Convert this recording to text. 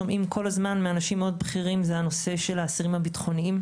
שומעים כול הזמן מאנשים מאוד בכירים זה הנושא של האסירים הביטחוניים,